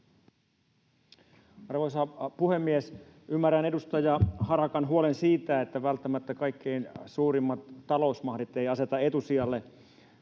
Arvoisa puhemies! Ymmärrän edustaja Harakan huolen siitä, että välttämättä kaikkein suurimmat talousmahdit eivät aseta etusijalle